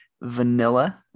vanilla